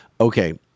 Okay